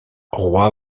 roi